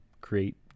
create